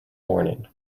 morning